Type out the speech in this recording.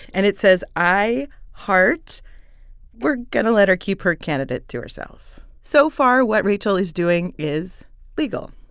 and it says, i heart we're going to let her keep her candidate to herself so far, what rachel is doing is legal,